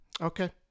Okay